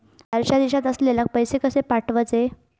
बाहेरच्या देशात असलेल्याक पैसे कसे पाठवचे?